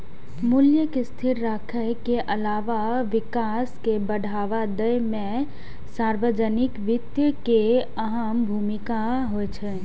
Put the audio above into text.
मूल्य कें स्थिर राखै के अलावा विकास कें बढ़ावा दै मे सार्वजनिक वित्त के अहम भूमिका होइ छै